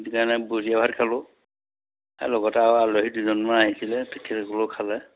সেই কাৰণে বৰতীয়া ভাত খালোঁ লগতে আৰু আলহী দুজনমান আহিছিলে তেখেতলোকেও খালে